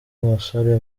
musore